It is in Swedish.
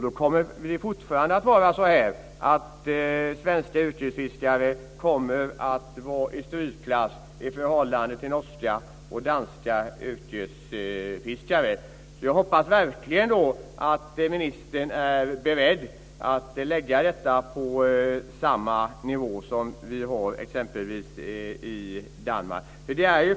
Då kommer svenska yrkesfiskare fortfarande att vara i strykklass i förhållande till norska och danska yrkesfiskare. Jag hoppas verkligen att ministern är beredd att lägga avdraget på samma nivå som i exempelvis Danmark.